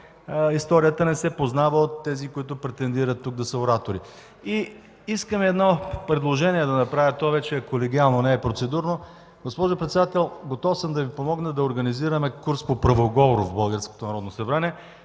историята не се познава от тези, които претендират да са оратори. Искам да направя едно предложение – то вече е колегиално, не е процедурно. Госпожо Председател, готов съм да Ви помогна да организираме курс по правоговор в